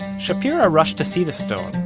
shapira rushed to see the stone,